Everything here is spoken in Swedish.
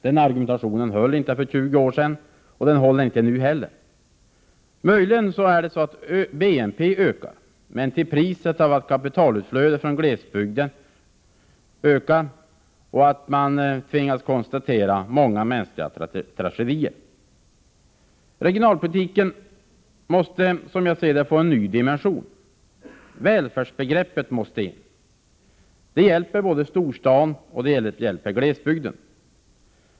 Den argumentationen höll inte för 20 år sedan och håller inte nu heller. Möjligen stiger BNP, men till priset av ökande kapitalutflöde från glesbygden, och man tvingas konstatera många mänskliga tragedier. Regionalpolitiken måste, som jag ser det, få en ny dimension. Välfärdsbegreppet måste in. Det hjälper både storstaden och glesbygden.